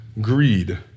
greed